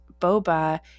Boba